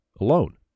alone